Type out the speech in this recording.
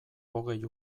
hogei